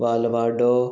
वालवाडो